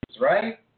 right